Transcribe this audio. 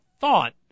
thought